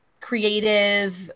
creative